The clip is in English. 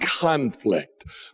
conflict